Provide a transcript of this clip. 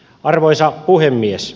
arvoisa puhemies